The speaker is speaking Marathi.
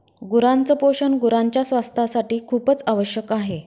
गुरांच पोषण गुरांच्या स्वास्थासाठी खूपच आवश्यक आहे